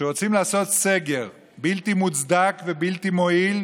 כשרוצים לעשות סגר בלתי מוצדק ובלתי מועיל,